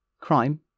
crime